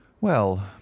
Well